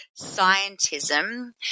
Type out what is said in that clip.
scientism